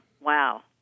wow